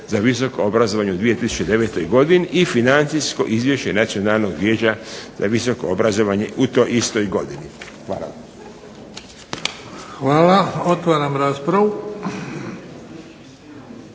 za visoko obrazovanje u 2009. godini i Financijsko izvješće Nacionalnog vijeća za visoko obrazovanje u toj istoj godini. Hvala. **Bebić, Luka